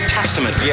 Testament